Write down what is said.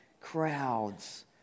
crowds